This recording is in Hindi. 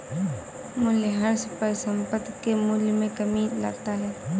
मूलयह्रास परिसंपत्ति के मूल्य में कमी लाता है